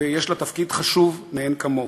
ויש לה תפקיד חשוב מאין כמוהו: